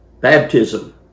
Baptism